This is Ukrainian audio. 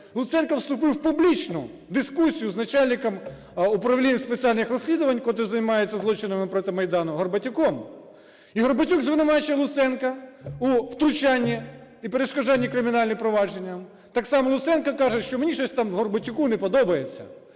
Луценко вступив в публічну дискусію з начальником Управління спеціальних розслідувань, котрий займається злочинами проти Майдану Горбатюком. І Горбатюк звинувачує Луценка у втручанні і перешкоджанні кримінальним провадженням. Так само Луценко каже, що "мені щось, там, в Горбатюку не подобається".